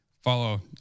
follow